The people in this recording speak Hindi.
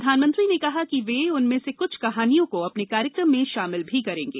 प्रधानमंत्री ने कहा कि वे उनमें से कुछ कहानियों को अपने कार्यक्रम में शामिल भी करेंगे